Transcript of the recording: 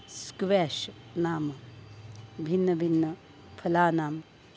squash नाम भिन्नभिन्नफलानां